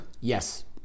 Yes